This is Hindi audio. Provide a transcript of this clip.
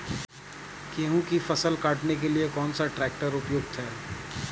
गेहूँ की फसल काटने के लिए कौन सा ट्रैक्टर उपयुक्त है?